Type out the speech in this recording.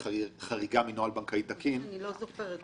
דנקנר - לחבר שלו שטרום הענקתם אשראי - תופעה שמכונה דירקטורים צולבים.